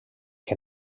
que